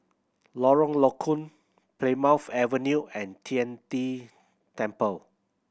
Lorong Low Koon Plymouth Avenue and Tian De Temple